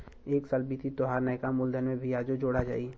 एक साल बीती तोहार नैका मूलधन में बियाजो जोड़ा जाई